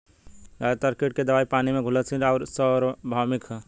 ज्यादातर कीट के दवाई पानी में घुलनशील आउर सार्वभौमिक ह?